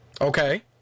Okay